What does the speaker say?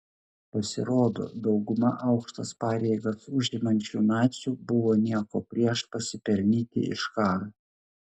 pasirodo dauguma aukštas pareigas užimančių nacių buvo nieko prieš pasipelnyti iš karo